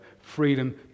freedom